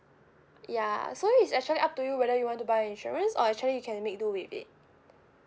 ya so is actually up to you whether you want to buy insurance or actually you can make do with it